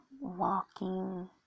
walking